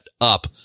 up